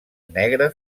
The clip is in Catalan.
negre